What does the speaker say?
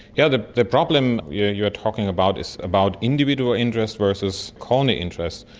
yeah the the problem you're you're talking about is about individual interests versus colony interests,